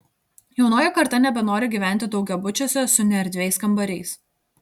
jaunoji karta nebenori gyventi daugiabučiuose su neerdviais kambariais